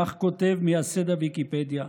כך כותב מייסד הוויקיפדיה,